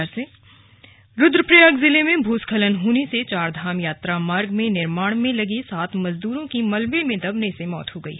slug भूस्खलन मौत रुद्रप्रयाग जिले में भूस्खलन होने से चारधाम यात्रा मार्ग निर्माण में लगे सात मजदूरों की मलबे में दबने से मौत हो गयी